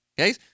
okay